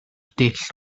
dull